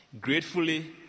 Gratefully